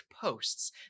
posts